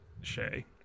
Shay